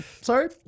Sorry